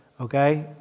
okay